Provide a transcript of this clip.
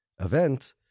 event